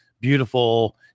beautiful